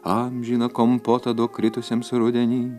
amžino kompoto duok kritusiems rudenį